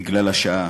בגלל השעה,